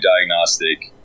diagnostic